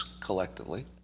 collectively